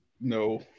No